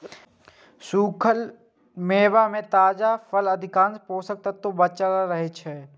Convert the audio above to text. सूखल मेवा मे ताजा फलक अधिकांश पोषक तत्व बांचल रहै छै